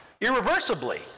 irreversibly